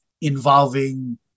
involving